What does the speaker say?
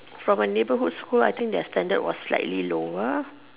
from a neighborhood school I think their standard was slightly lower